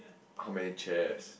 how many chairs